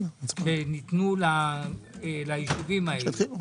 שניתנו לישובים האלה.